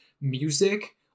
music